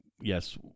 Yes